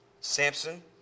Samson